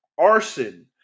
arson